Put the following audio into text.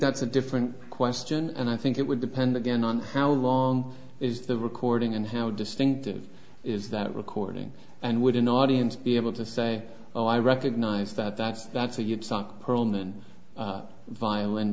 that's a different question and i think it would depend again on how long is the recording and how distinctive is that recording and would an audience be able to say oh i recognize that that's that's a